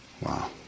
wow